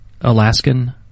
Alaskan